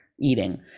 eating